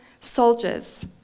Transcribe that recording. soldiers